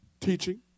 teaching